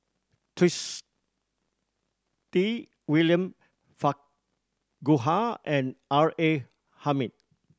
Twisstii William Farquhar and R A Hamid